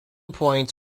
points